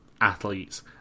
athletes